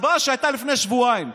ההצבעה שהייתה לפני שבועיים.